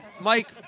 Mike